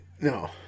No